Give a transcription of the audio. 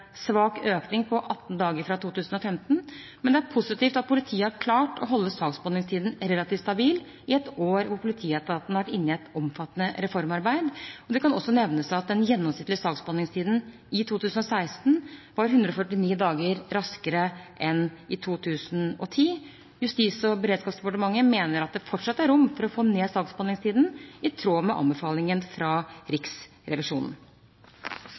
svak økning på 18 dager fra 2015, men det er positivt at politiet har klart å holde saksbehandlingstiden relativt stabil i et år hvor politietaten har vært inne i et omfattende reformarbeid. Det kan også nevnes at den gjennomsnittlige saksbehandlingstiden i 2016 var 149 dager raskere enn i 2010. Justis- og beredskapsdepartementet mener det fortsatt er rom for å få ned saksbehandlingstiden, i tråd med anbefalingen fra Riksrevisjonen.